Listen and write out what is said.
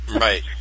Right